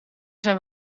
zijn